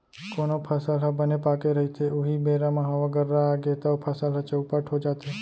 कोनो फसल ह बने पाके रहिथे उहीं बेरा म हवा गर्रा आगे तव फसल ह चउपट हो जाथे